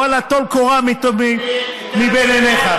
ואללה, טול קורה מבין עיניך.